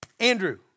Andrew